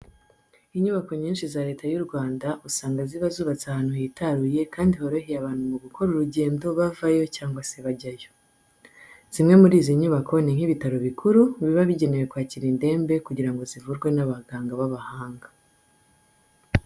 Inyubako nyinshi za Leta y'u Rwanda usanga ziba zubatse ahantu hitaruye kandi horohera abantu mu gukora urugendo bavayo cyangwa se bajyayo. Zimwe muri izi nyubako ni nk'ibitaro bikuru, biba bigenewe kwakira indembe kugira ngo zivurwe n'abaganga b'abahanga.